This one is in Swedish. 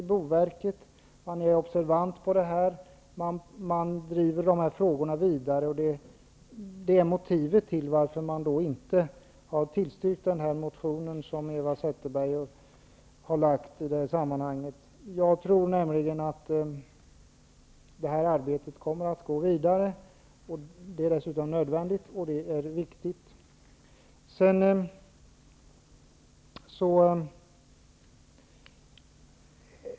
I boverket är man observant på detta och där driver man frågorna vidare. Det är motivet till varför man inte har tillstyrkt den motion som Eva Zetterberg har lagt. Jag tror att arbetet kommer att gå vidare. Det är nödvändigt och det är viktigt.